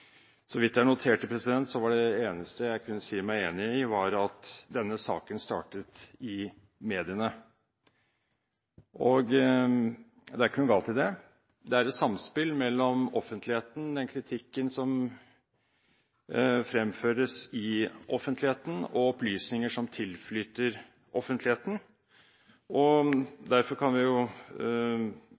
så vidt jeg har notert meg, var at denne saken startet i mediene. Det er ikke noe galt i det. Det er et samspill mellom den kritikken som fremføres i offentligheten, og opplysninger som tilflyter offentligheten, og derfor kan